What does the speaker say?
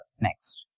next